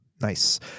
nice